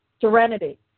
Serenity